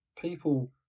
people